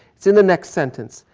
it's in the next sentence.